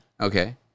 okay